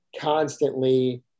constantly